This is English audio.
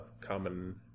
common